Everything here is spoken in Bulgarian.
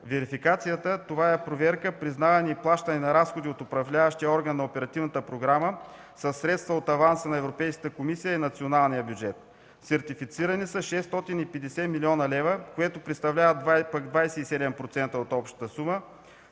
Верификацията е проверка, признаване и плащане на разходи от управляващия орган на оперативната програма със средства от аванса на Европейската комисия и националния бюджет. Сертифицирани са 650 млн. лв., което представлява 27% от общата сума.